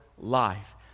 life